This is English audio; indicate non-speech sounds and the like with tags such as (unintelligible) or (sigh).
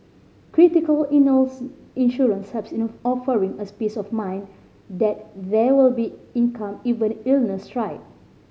critical illness insurance helps in (unintelligible) offering a (unintelligible) peace of mind that there will be income even if illnesses strike